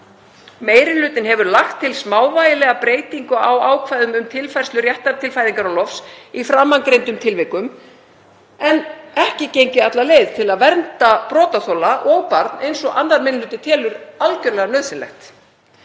Meiri hlutinn hefur lagt til smávægilega breytingu á ákvæðum um tilfærslu réttar til fæðingarorlofs í framangreindum tilvikum en ekki er gengið alla leið til að vernda brotaþola og barn eins og 2. minni hluti telur algjörlega nauðsynlegt.